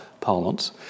parlance